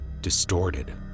distorted